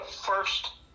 first